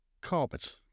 carpet